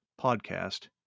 podcast